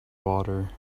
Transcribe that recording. water